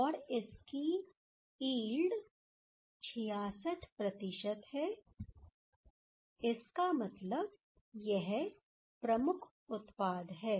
और इसकी यील्ड 66 है इसका मतलब यह प्रमुख उत्पाद है